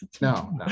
no